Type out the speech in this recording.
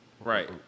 Right